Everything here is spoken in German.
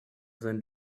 sein